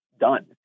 done